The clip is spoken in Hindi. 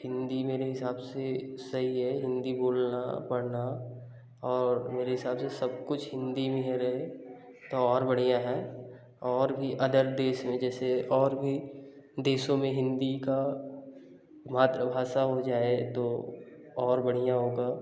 हिंदी मेरे हिसाब से सही है हिंदी बोलना पढ़ना और मेरे हिसाब से सब कुछ हिंदी में ही रहे तो और बढ़िया है और भी अदर देश हैं जैसे और भी देशों में हिंदी का मातृभाषा हो जाए तो और बढ़िया होगा